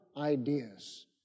ideas